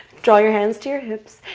draw your hands to your hips.